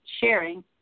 sharing